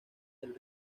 del